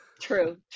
True